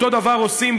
אותו דבר עושות,